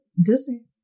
Disney